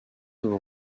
vous